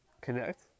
connect